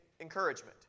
encouragement